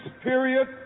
period